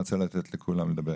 ואני רוצה לתת לכולם לדבר.